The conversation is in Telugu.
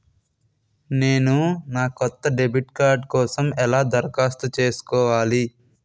నేను నా కొత్త డెబిట్ కార్డ్ కోసం ఎలా దరఖాస్తు చేసుకోవాలి?